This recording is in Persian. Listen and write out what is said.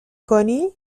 کنی